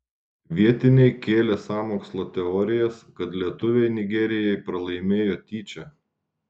vietiniai kėlė sąmokslo teorijas kad lietuviai nigerijai pralaimėjo tyčia